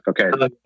okay